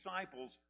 disciples